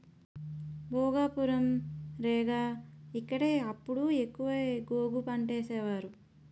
భోగాపురం, రేగ ఇక్కడే అప్పుడు ఎక్కువ గోగు పంటేసేవారు